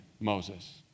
Moses